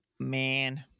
Man